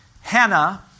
Hannah